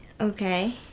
Okay